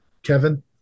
Kevin